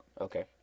Okay